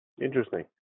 Interesting